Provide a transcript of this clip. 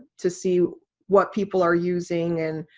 to see what people are using, and